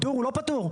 הוא לא פטור.